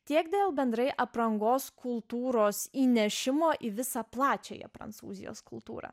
tiek dėl bendrai aprangos kultūros įnešimo į visą plačiąją prancūzijos kultūrą